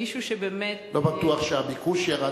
מישהו שבאמת לא בטוח שהביקוש ירד,